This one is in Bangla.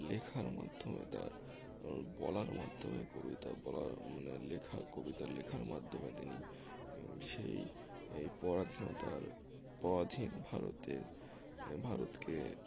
লেখার মাধ্যমে তার বলার মাধ্যমে কবিতা বলার মানে লেখা কবিতা লেখার মাধ্যমে তিনি সেই এই পরাধীনতার পরাধীন ভারতের ভারতকে